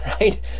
right